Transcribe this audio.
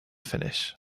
finish